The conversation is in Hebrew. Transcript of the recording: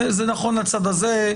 זה נכון לצד הזה,